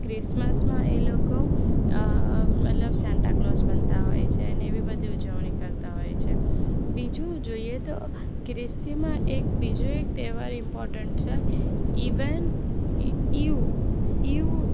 ક્રિસમસમાં એ લોકો મતલબ સાન્તાકલોઝ બનતા હોય છે અને એવી બધી ઉજવણી કરતા હોય છે બીજું જોઈએ તો ખ્રિસ્તીમાં એક બીજો એક તહેવાર ઈમ્પોર્ટન્ટ છે ઇવન ઇયુ ઇયુ